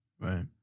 right